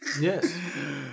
yes